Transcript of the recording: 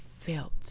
felt